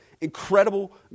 incredible